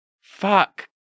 Fuck